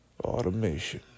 Automation